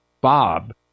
Bob